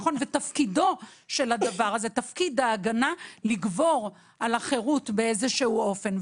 ותפקיד ההגנה לגבור על החירות באיזשהו אופן.